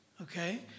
okay